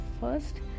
first